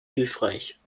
hilfreich